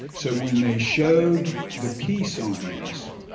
so when they showed the piece on this,